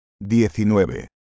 diecinueve